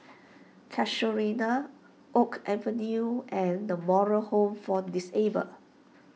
Casuarina Oak Avenue and the Moral Home for Disabled